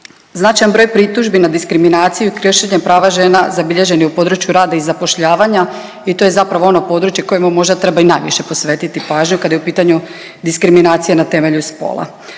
Značajan broj pritužbi na diskriminaciju i kršenje prava žena zabilježen je u području rada i zapošljavanja i to je zapravo ono područje kojemu možda i treba i najviše posvetiti pažnju kada je u pitanju diskriminacija na temelju spola.